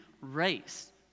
race